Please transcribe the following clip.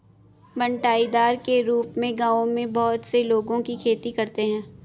बँटाईदार के रूप में गाँवों में बहुत से लोगों की खेती करते हैं